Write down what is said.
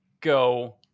go